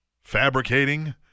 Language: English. fabricating